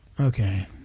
Okay